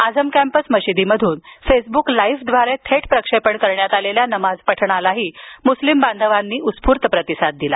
Azam campus मशिदीतून Facebook लाईव्हव्दारे थेट प्रक्षेपण करण्यात आलेल्या नमाज पठणालाही मुस्लिम बांधवांनी उत्स्फूर्त प्रतिसाद दिला